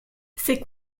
c’est